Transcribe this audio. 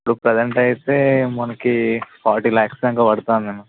ఇప్పుడు ప్రజెంట్ అయితే మనకి ఫార్టీ ల్యాక్స్ దాకా పడుతోంది అన్న